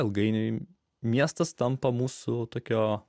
ilgainiui miestas tampa mūsų tokio